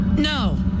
No